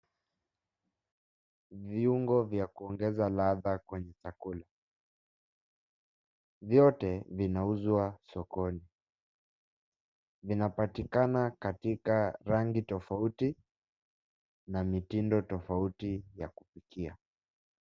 Viungo vya kuongeza ladha kwenye chakula vyote vinauzwa sokoni vinapatikana katika rangi tofauti na mitindo tofauti ya kupikia.